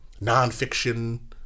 non-fiction